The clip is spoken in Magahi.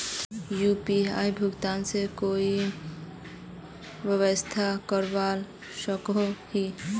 यु.पी.आई भुगतान से कोई व्यवसाय करवा सकोहो ही?